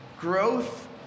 Growth